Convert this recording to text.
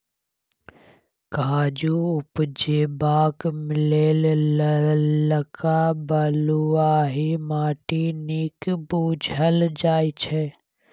काजु उपजेबाक लेल ललका बलुआही माटि नीक बुझल जाइ छै